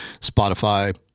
Spotify